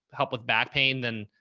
help with back pain then,